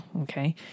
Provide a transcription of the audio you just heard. okay